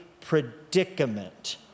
predicament